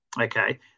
okay